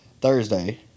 Thursday